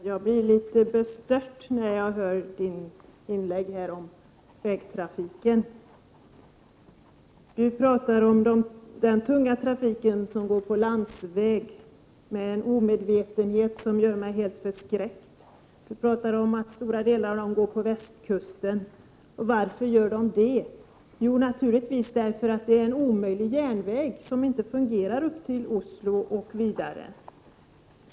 Herr talman! Jag blev litet bestört när jag hörde Olle Östrands inlägg om vägtrafiken. Han talade med en omedvetenhet som gjorde mig helt förskräckt om den tunga trafiken som går på landsväg. Han talade om att stora delar av denna trafik går via västkusten. Varför gör den det? Jo, naturligtvis därför att järnvägen är omöjlig att använda för trafik till Oslo och vidare.